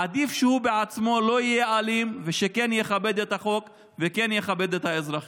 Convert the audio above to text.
עדיף שהוא בעצמו לא יהיה אלים ושכן יכבד את החוק וכן יכבד את האזרחים.